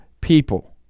people